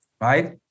Right